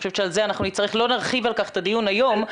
לא נרחיב על כך את הדיון היום,